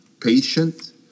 patient